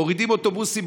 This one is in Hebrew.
מורידים אוטובוסים,